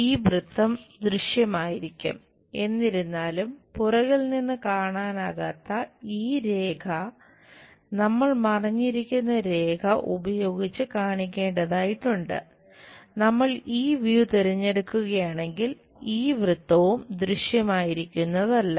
ഈ വൃത്തം ദൃശ്യമായിരിക്കും എന്നിരുന്നാലും പുറകിൽ നിന്ന് കാണാനാകാത്ത ഈ രേഖ നമ്മൾ മറഞ്ഞിരിക്കുന്ന രേഖ തിരഞ്ഞെടുക്കുകയാണെങ്കിൽ ഈ വൃത്തവും ദൃശ്യമായിരിക്കുന്നതല്ല